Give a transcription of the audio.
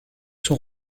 sont